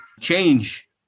change